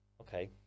okay